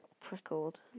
prickled